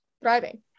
Thriving